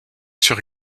sur